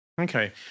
Okay